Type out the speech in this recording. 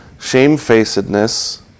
shamefacedness